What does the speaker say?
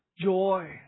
joy